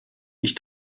ich